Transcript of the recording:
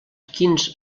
quins